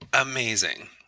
amazing